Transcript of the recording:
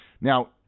Now